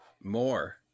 more